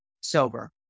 sober